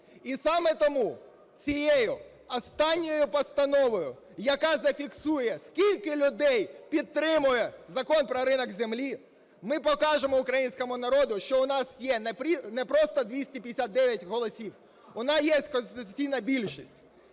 І саме тому цією останньою постановою, яка зафіксує, скільки людей підтримує Закон про ринок землі, ми покажемо українському народу, що у нас є не просто 259 голосів, у нас є конституційна більшість.